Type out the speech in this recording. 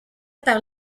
par